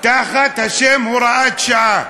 תחת השם "הוראת שעה"